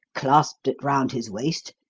clasped it round his waist,